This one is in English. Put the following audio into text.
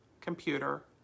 computer